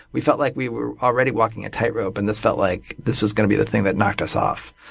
we felt like we were already walking a tightrope and this felt like this was gonna be the thing that knocked us off.